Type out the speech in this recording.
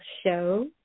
show